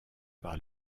par